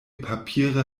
papiere